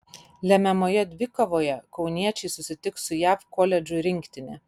lemiamoje dvikovoje kauniečiai susitiks su jav koledžų rinktine